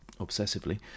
obsessively